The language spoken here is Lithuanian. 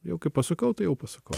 jau kai pasukau tai jau pasukau